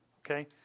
okay